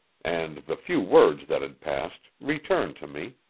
and the few words that had passed, returned to me.